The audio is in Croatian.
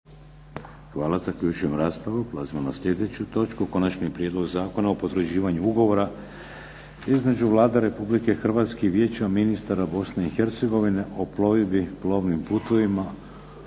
**Šeks, Vladimir (HDZ)** Prelazimo na sljedeću točku - Konačni prijedlog Zakona o potvrđivanju ugovora između Vlade Republike Hrvatske i Vijeća ministara Bosne i Hercegovine o plovidbi plovnim putovima